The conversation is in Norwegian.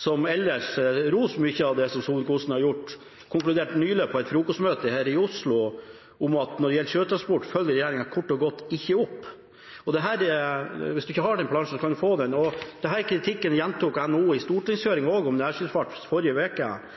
som ellers roser mye av det som Solvik-Olsen har gjort, konkluderte nylig på et frokostmøte her i Oslo med at når det gjelder sjøtransport, følger regjeringa kort og godt ikke opp. Hvis statsråden ikke har den plansjen, kan han få den. Denne kritikken gjentok NHO i en stortingshøring om nærskipsfart i forrige uke. Her får regjeringa rett og